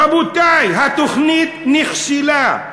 רבותי, התוכנית נכשלה.